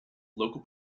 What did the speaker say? local